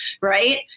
right